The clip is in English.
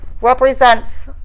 represents